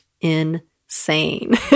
insane